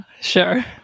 sure